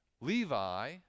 Levi